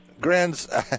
Grins